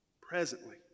Presently